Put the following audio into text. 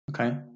okay